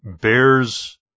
bears